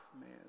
man